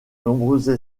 nombreuses